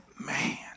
man